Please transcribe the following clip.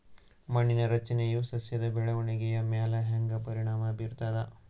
ಮಣ್ಣಿನ ರಚನೆಯು ಸಸ್ಯದ ಬೆಳವಣಿಗೆಯ ಮ್ಯಾಲ ಹ್ಯಾಂಗ ಪರಿಣಾಮ ಬೀರ್ತದ?